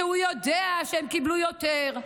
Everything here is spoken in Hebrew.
שהוא יודע שהם קיבלו יותר,